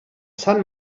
sant